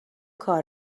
کار